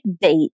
date